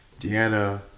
Deanna